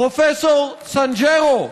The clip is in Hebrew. פרופסור סנג'רו,